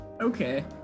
Okay